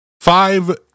Five